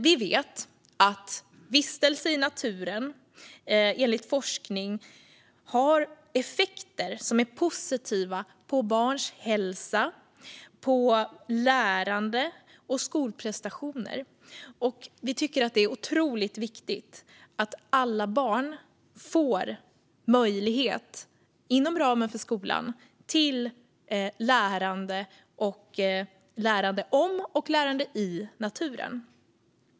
Vi vet att vistelse i naturen enligt forskning har effekter som är positiva på barns hälsa, lärande och skolprestationer. Vi tycker därför att det är otroligt viktigt att alla barn får möjlighet till lärande om och i naturen inom ramen för skolan.